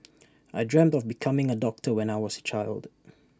I dreamt of becoming A doctor when I was A child